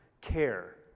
care